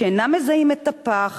שאינם מזהים את הפח